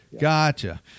Gotcha